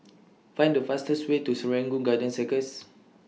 Find The fastest Way to Serangoon Garden Circus